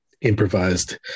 Improvised